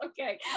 okay